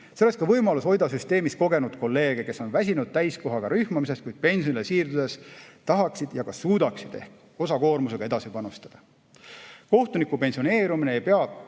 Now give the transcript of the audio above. See oleks ka võimalus hoida süsteemis kogenud kolleege, kes on väsinud täiskohaga rühmamisest, kuid kes pensionile siirdudes tahaksid ja ka suudaksid ehk osakoormusega edasi panustada. Kohtuniku pensioneerumine ei pea